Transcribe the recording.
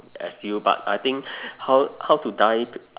as you but I think how how to die